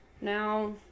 now